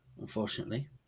unfortunately